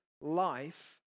life